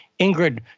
Ingrid